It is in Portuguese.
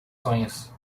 sonhos